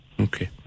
okay